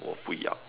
我不要